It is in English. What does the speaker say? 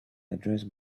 address